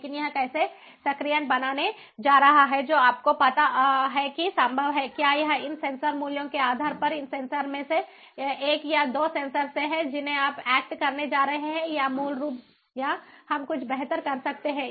लेकिन यह कैसे सक्रियण बनाने जा रहा है जो आपको पता है कि संभव है क्या यह इन सेंसर मूल्यों के आधार पर इन सेंसर में से एक या 2 सेंसर से है जिन्हें आप एक्ट करने जा रहे है या हम कुछ बेहतर कर सकते हैं